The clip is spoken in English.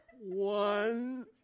One